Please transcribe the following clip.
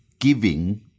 giving